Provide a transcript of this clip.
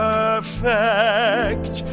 Perfect